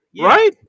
right